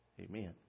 Amen